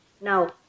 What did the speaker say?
Now